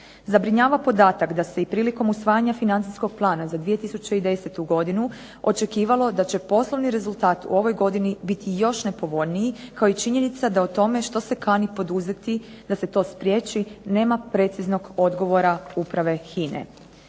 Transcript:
Zabrinjava podatak da se i prilikom usvajanja financijskog plana za 2010. godinu očekivalo da će poslovni rezultat u ovoj godini biti još nepovoljniji kao i činjenica o tome što se kani poduzeti da se to spriječi, nema preciznog odgovora Uprave HINA-e.